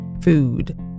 food